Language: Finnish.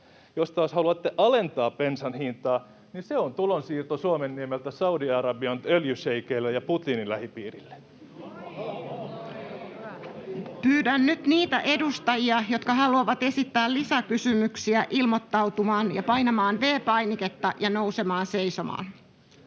Jos taas haluatte alentaa bensan hintaa, niin se on tulonsiirto Suomenniemeltä Saudi-Arabian öljyšeikeille ja Putinin lähipiirille. Pyydän nyt niitä edustajia, jotka haluavat esittää lisäkysymyksiä, ilmoittautumaan ja painamaan V-painiketta ja nousemaan seisomaan.